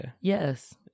Yes